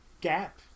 gap